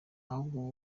ahubwo